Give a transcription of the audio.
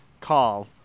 call